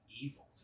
evil